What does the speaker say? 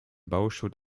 bauschutt